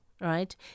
right